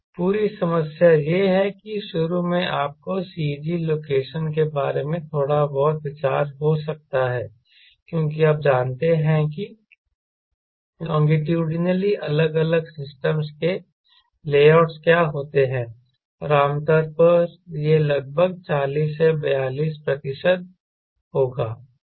पूरी समस्या यह है कि शुरू में आपको CG लोकेशन के बारे में थोड़ा बहुत विचार हो सकते हैं क्योंकि आप जानते हैं कि लोंगिट्यूडनली अलग अलग सिस्टमस के लेआउट क्या होते हैं और आमतौर पर यह लगभग 40 से 42 प्रतिशत होगा